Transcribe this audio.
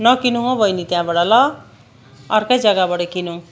नकिनौँ हौ बहिनी त्यहाँबाट ल अर्कै जग्गाबाट किनौँ